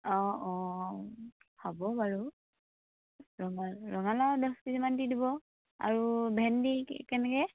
অ অ হ'ব বাৰু ৰঙা ৰঙালাউ দহ কেজিমান দি দিব আৰু ভেন্দি কেনেকৈ